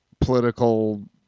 political